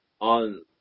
on